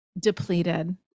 depleted